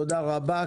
תודה רבה.